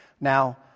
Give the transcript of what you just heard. Now